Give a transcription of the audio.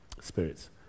spirits